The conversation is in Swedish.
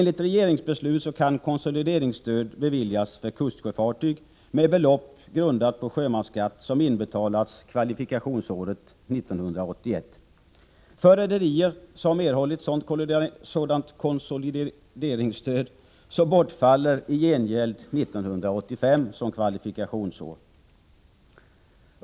Enligt regeringsbeslut kan konsolideringsstöd beviljas för kustsjöfartyg med belopp grundat på sjömansskatt som har inbetalats kvalifikationsåret 1981. För rederier som har erhållit sådant konsolideringsstöd bortfaller i gengäld 1985 som kvalifikationsår.